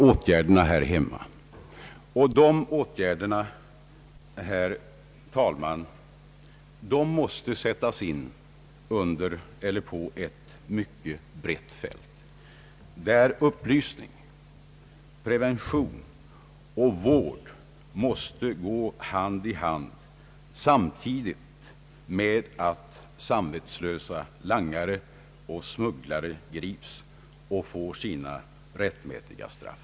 Åtgärderna här hemma måste sättas in på ett mycket brett fält. Upplysning, prevention och vård måste gå hand i hand, samtidigt med att samvetslösa langare och smugglare grips och får sitt rättmätiga straff.